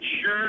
sure